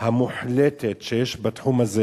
המוחלטת שיש בתחום הזה